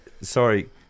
Sorry